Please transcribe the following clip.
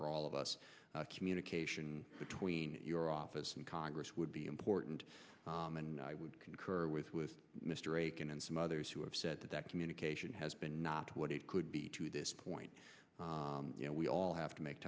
for all of us communication between your office and congress would be important and i would concur with with mr aiken and some others who have said that communication has been not what it could be to this point you know we all have to make